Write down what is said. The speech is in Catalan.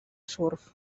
surf